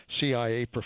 CIA